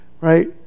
right